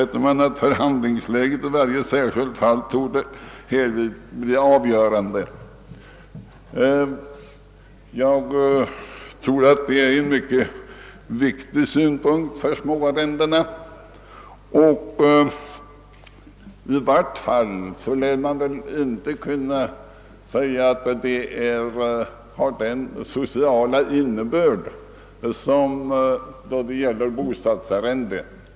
Förhandlingsläget i varje särskilt fall torde härvid bli avgörande.» Jag tror att detta är mycket viktigt beträffande småarrendena. I varje fall lär man inte kunna säga att detta har samma sociala innebörd som vid bostadsarrenden.